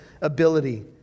ability